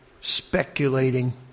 speculating